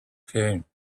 came